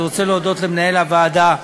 אני רוצה להודות למנהל הוועדה,